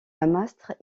lamastre